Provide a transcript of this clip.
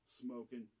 smoking